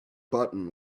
button